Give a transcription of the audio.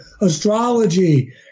astrology